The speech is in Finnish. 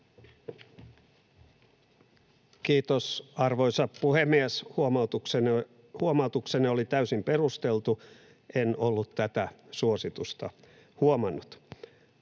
Kiitos, arvoisa puhemies! Huomautuksenne oli täysin perusteltu. En ollut tätä suositusta huomannut.